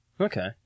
Okay